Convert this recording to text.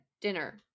dinner